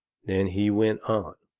then he went on